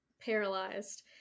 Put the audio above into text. paralyzed